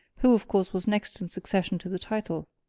who, of course, was next in succession to the title.